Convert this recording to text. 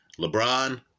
LeBron